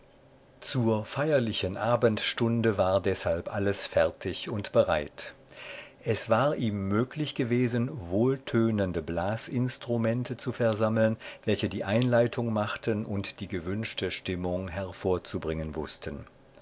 zur feierlichen abendstunde war deshalb alles fertig und bereit es war ihm möglich gewesen wohltönende blasinstrumente zu versammeln welche die einleitung machten und die gewünschte stimmung hervorzubringen wußten